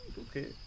Okay